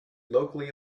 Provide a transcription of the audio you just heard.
locally